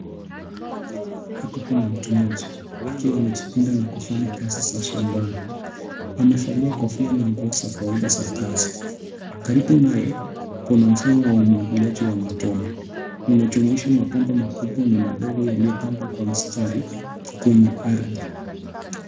Hapa kuna mtu mmoja, akiwa ameji pinda na kufanya kazi za shambani. Amevalia kofia na nguo za kawaida za kazi. Karibu naye, kuna mfumo wa umwagiliaji wa matone. Unajumuisha mapamba makubwa na madogo yaliyopangwa kwa mstari kwenye ardhi.